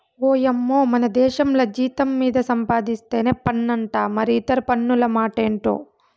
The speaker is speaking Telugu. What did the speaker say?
ఓయమ్మో మనదేశంల జీతం మీద సంపాధిస్తేనే పన్నంట మరి ఇతర పన్నుల మాటెంటో